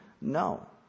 No